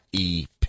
EP